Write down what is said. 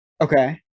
Okay